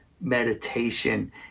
meditation